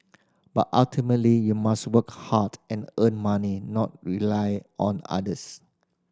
but ultimately you must work hard and earn money not rely on others